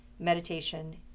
meditation